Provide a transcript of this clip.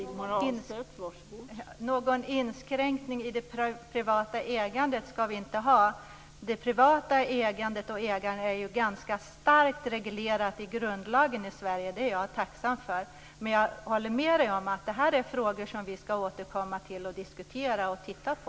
Fru talman! Någon inskränkning i det privata ägandet skall vi inte ha. Den privata äganderätten är reglerad i grundlagen i Sverige. Det är jag tacksam för. Men jag håller med Sten Lundström om att detta är frågor som vi skall återkomma till, diskutera och titta på.